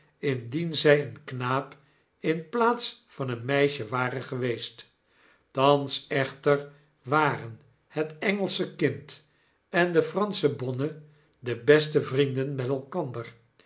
indien zy een knaap in plaats van een meisje ware geweest thans echter waren het engelsche kind en de fransche bonne de beste vrienden met elkander